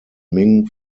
minh